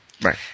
Right